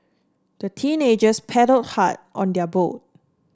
the teenagers paddle hard on their boat